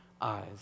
eyes